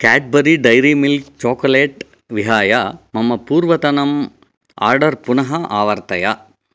Cadbury dairy milk chocolate विहाय मम पूर्वतनम् आर्डर् पुनः आवर्तय